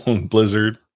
blizzard